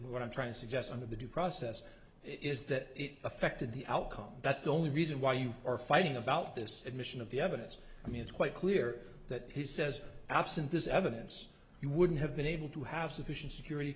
what i'm trying to suggest under the due process is that it affected the outcome that's the only reason why you are fighting about this admission of the evidence i mean it's quite clear that he says absent this evidence he wouldn't have been able to have sufficient security